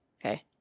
Okay